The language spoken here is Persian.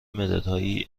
مدادهایی